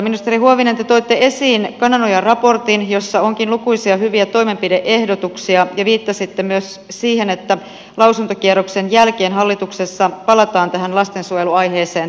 ministeri huovinen te toitte esiin kananojan raportin jossa onkin lukuisia hyviä toimenpide ehdotuksia ja viittasitte myös siihen että lausuntokierroksen jälkeen hallituksessa palataan tähän lastensuojeluaiheeseen tarkemmin